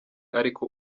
ariko